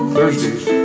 Thursdays